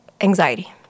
anxiety